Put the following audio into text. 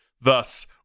thus